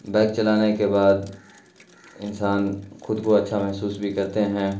bike چلانے کے بعد انسان خود کو اچھا محسوس بھی کرتے ہیں